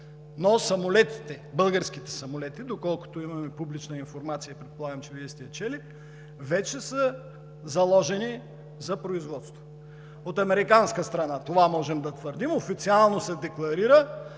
но българските самолети, доколкото имаме публична информация, предполагам, че Вие сте я чели, вече са заложени за производство от американска страна. Това можем да твърдим, официално се декларира,